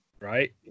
Right